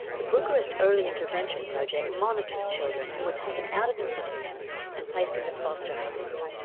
the bucharest early intervention project monitored children who were taken out of institutions and placed into foster homes.